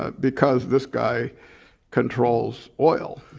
ah because this guy controls oil